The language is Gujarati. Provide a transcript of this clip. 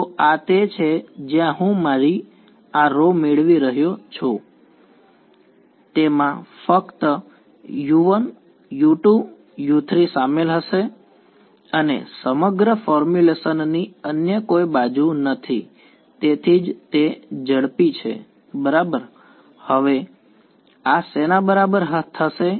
તો આ તે છે જ્યાં હું મારી આ રૉ મેળવી રહ્યો છું તેમાં ફક્ત u1u2u3 શામેલ હશે અને સમગ્ર ફોર્મ્યુલેશન ની અન્ય કોઈ બાજુ નથી તેથી જ તે ઝડપી છે બરાબર અને હવે આ શેના બરાબર થશે